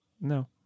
no